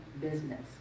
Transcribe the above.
business